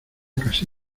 casi